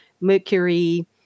mercury